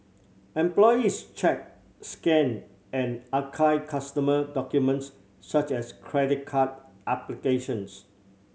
employees check scan and archive customer documents such as credit card applications